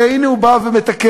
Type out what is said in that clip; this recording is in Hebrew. והנה הוא בא ומתקן.